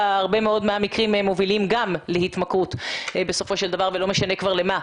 הרבה מאוד מהמקרים מובילים גם להתמכרות ולא משנה כבר למה.